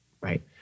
right